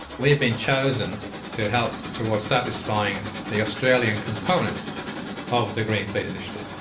we have been chosen to help towards satisfying the australian component of the green fleet initiative.